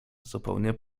zupełnie